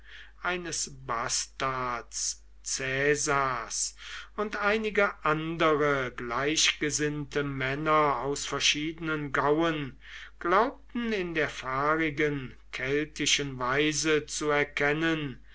eines bastards caesars und einige andere gleichgesinnte männer aus verschiedenen gauen glaubten in der fahrigen keltischen weise zu erkennen